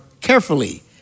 carefully